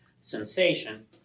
sensation